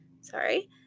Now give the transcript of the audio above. sorry